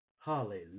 Hallelujah